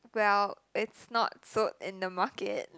well it's not sold in the market